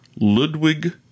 Ludwig